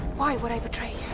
why would i betray